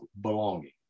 belonging